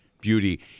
beauty